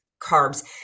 carbs